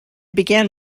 began